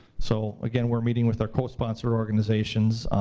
so again, we're meeting with our co-sponsor organizations